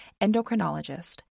endocrinologist